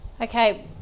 Okay